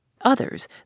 Others